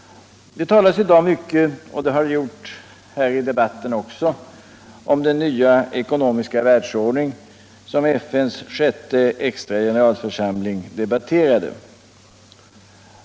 Det talas numera mycket — och det har gjorts i debatten här i dag också — om den nya ekonomiska världsordning som FN:s sjätte extra generalförsamling debatterade.